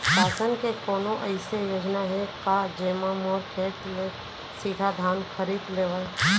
शासन के कोनो अइसे योजना हे का, जेमा मोर खेत ले सीधा धान खरीद लेवय?